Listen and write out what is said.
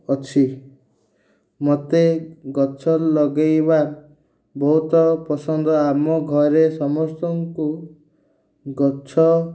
ଅଛି ମୋତେ ଗଛ ଲଗେଇବା ବହୁତ ପସନ୍ଦ ଆମ ଘରେ ସମସ୍ତଙ୍କୁ ଗଛ